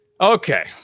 Okay